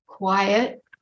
quiet